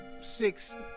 six